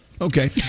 Okay